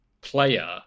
player